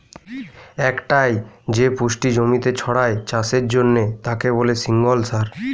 একটাই যে পুষ্টি জমিতে ছড়ায় চাষের জন্যে তাকে বলে সিঙ্গল সার